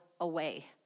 away